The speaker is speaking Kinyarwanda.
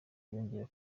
yongera